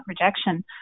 rejection